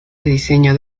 diseño